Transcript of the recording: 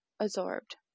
absorbed